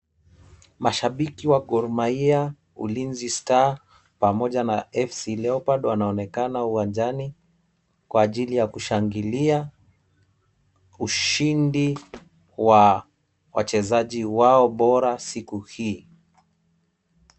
Mashabiki wa Gor Mahia, Ulizi Star pamoja na FC Leopard, wanaonekana uwanjani kwa ajili ya kushangilia ushindi wa wachezaji wao bora, siku hii.